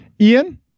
Ian